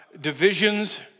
divisions